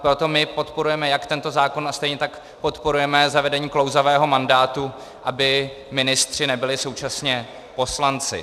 Proto my podporujeme jak tento zákon a stejně tak podporujeme zavedení klouzavého mandátu, aby ministři nebyli současně poslanci.